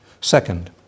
Second